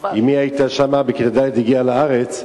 אמי היתה שם, בכיתה ד' היא הגיעה לארץ,